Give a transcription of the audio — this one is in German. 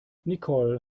nicole